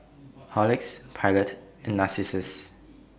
Horlicks Pilot and Narcissus